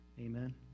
Amen